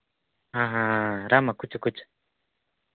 రామ్మ కూర్చో కూర్చో